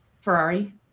Ferrari